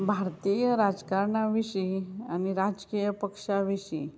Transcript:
भारतीय राजकारणा विशीं आनी राजकीय पक्षा विशीं